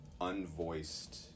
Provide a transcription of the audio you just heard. unvoiced